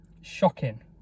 Shocking